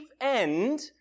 end